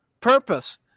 purpose